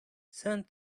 send